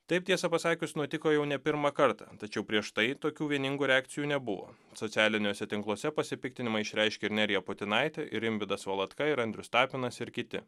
taip tiesą pasakius nutiko jau ne pirmą kartą tačiau prieš tai tokių vieningų reakcijų nebuvo socialiniuose tinkluose pasipiktinimą išreiškė ir nerija putinaitė ir rimvydas valatka ir andrius tapinas ir kiti